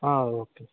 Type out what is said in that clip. okay